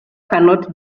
cannot